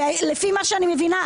לפי מה שאני מבינה,